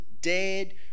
dead